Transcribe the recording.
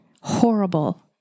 horrible